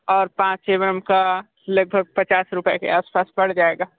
और पाँच M M का लगभग पचास रुपए के आसपास पड़ जाएगा